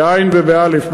בעי"ן ובאל"ף,